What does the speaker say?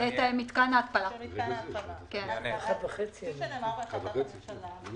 כפי שנאמר בהחלטת הממשלה,